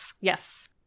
Yes